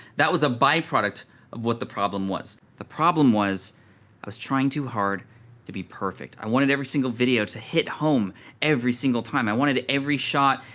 that was a by-product of what the problem was. the problem was i was trying too hard to be perfect. i wanted every single video to hit home every single time. i wanted every shot,